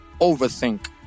overthink